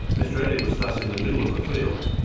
australia was thus in the middle of the field,